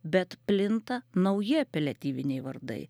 bet plinta nauji apeliatyviniai vardai